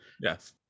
Yes